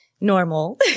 normal